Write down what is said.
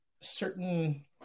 certain